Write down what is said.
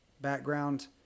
background